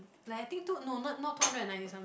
like I think two no not not two hundred and ninety some